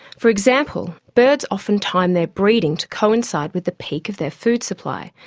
for example, birds often time their breeding to coincide with the peak of their food supply,